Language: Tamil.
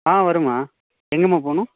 ஆ வரும்மா எங்கேம்மா போகணும்